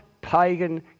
pagan